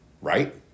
right